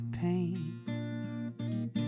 pain